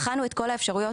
בחנו את כל האפשרויות,